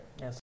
Yes